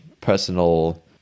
personal